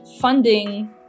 funding